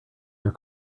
your